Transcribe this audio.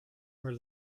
her